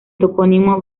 topónimo